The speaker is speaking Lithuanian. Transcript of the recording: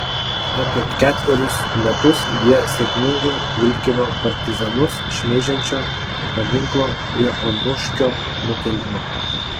apie ketverius metus jie sėkmingai vilkino partizanus šmeižiančio paminklo prie onuškio nukėlimą